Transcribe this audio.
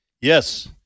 Yes